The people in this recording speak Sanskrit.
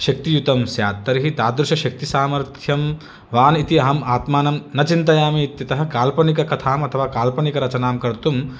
शक्तियुतं स्यात् तर्हि तादृशशक्तिसामर्थ्यं वान् इति अहम् आत्मानं न चिन्त्ययामि इत्यतः काल्पनिककथाम् अथवा काल्पनिकरचनां कर्तुं